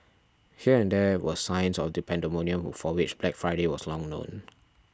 here and there were signs of the pandemonium for which Black Friday was long known